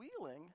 Wheeling